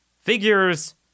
figures